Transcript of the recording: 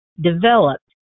Developed